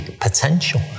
potential